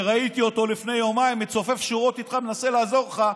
שראיתי אותו לפני יומיים מצופף שורות איתך ומנסה לעזור לך,